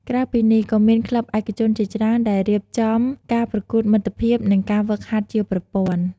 ក្រៅពីនេះ ក៏មានក្លឹបឯកជនជាច្រើនដែលរៀបចំការប្រកួតមិត្តភាព និងការហ្វឹកហាត់ជាប្រព័ន្ធ។